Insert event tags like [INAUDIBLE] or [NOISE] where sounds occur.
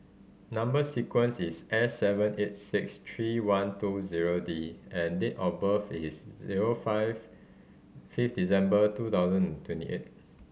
number sequence is S seven eight six three one two zero D and date of birth is zero five fifth December two thousand twenty eight [NOISE]